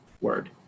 word